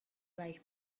like